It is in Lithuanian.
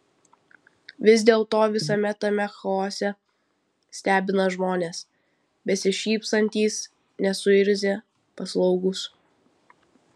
vis dėlto visame tame chaose stebina žmonės besišypsantys nesuirzę paslaugūs